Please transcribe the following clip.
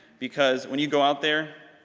because when you go out there,